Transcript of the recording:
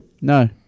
No